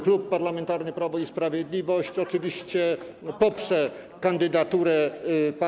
Klub Parlamentarny Prawo i Sprawiedliwość oczywiście poprze kandydaturę pana.